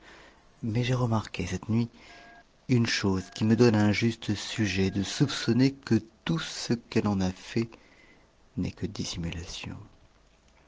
mais j'ai remarqué cette nuit une chose qui me donne un juste sujet de soupçonner que tout ce qu'elle en a fait n'est que